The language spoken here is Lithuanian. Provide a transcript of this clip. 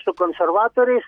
su konservatoriais